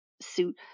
suit